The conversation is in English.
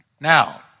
Now